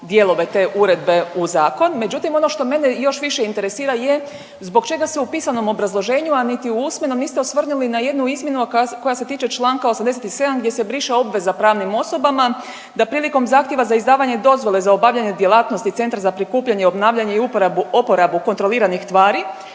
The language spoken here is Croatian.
dijelove te uredbe u zakon. Međutim, ono što mene još više interesira je zbog čega se u pisanom obrazloženju, a niti u usmenom osvrnuli na jednu izmjenu koja se tiče Članka 87. gdje se briše obveza pravnim osobama da prilikom zahtjeva za izdavanje dozvole za obavljanje djelatnosti Centra za prikupljanje, obnavljanje i uporabu, oporabu kontroliranih tvari